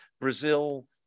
Brazil